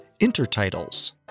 intertitles